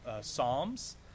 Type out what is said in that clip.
Psalms